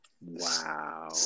Wow